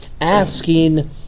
asking